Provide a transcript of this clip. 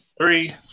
three